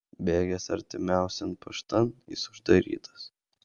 bėgęs artimiausian paštan jis uždarytas